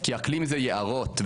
כי אקלים זה יערות,